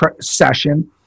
session